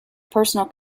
personal